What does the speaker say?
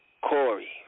Corey